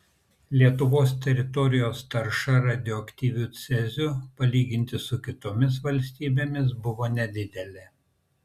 lietuvos teritorijos tarša radioaktyviu ceziu palyginti su kitomis valstybėmis buvo nedidelė